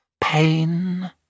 pain